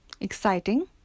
exciting